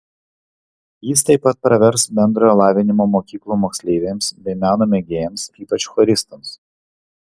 jis taip pat pravers bendrojo lavinimo mokyklų moksleiviams bei meno mėgėjams ypač choristams